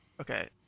Okay